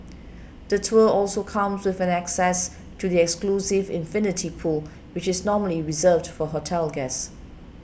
the tour also comes with an access to the exclusive infinity pool which is normally reserved for hotel guests